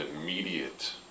immediate